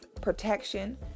protection